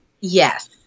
Yes